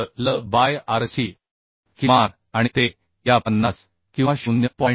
तर l by Rc किमान आणि ते या 50 किंवा 0